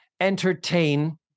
entertain